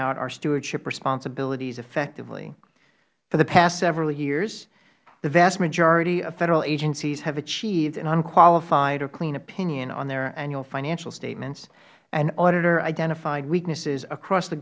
out our stewardship responsibilities effectively for the past several years the vast majority of federal agencies have achieved an unqualified or clean opinion on their annual financial statements and auditor identified weaknesses across the